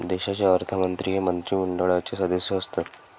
देशाचे अर्थमंत्री हे मंत्रिमंडळाचे सदस्य असतात